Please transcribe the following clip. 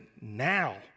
now